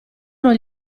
non